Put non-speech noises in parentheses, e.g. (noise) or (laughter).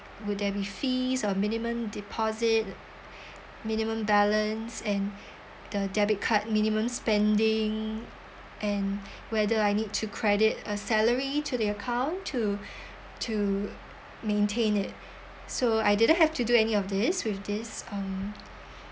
will there be fees or minimum deposit (breath) minimum balance and (breath) the debit card minimum spending and whether I need to credit a salary to the account to (breath) to maintain it so I didn't have to do any of this with this um